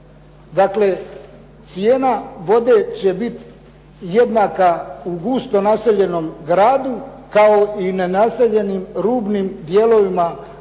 dakle cijena vode će biti jednaka u gusto naseljenom gradu, kao i nenaseljenim rubnim dijelovima gradova